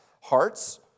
hearts